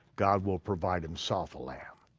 god will provide himself a lamb,